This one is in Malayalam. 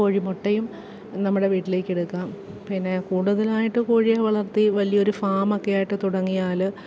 കോഴിമുട്ടയും നമ്മുടെ വീട്ടിലേക്കെടുക്കാം പിന്നെ കൂടുതലായിട്ട് കോഴിയെ വളർത്തി വലിയൊരു ഫാമൊക്കെയായിട്ട് തുടങ്ങിയാല്